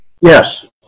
Yes